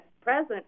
present